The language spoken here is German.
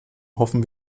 hoffen